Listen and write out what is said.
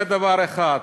זה דבר אחד.